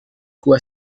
coûts